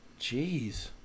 Jeez